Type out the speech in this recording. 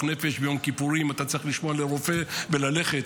נפש ביום כיפורים אתה צריך לשמוע לרופא וללכת.